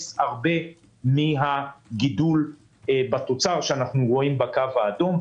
הרבה מן הגידול בתוצר שאנחנו רואים בקו האדום.